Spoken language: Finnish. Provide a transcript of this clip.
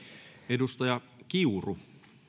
edustaja kiuru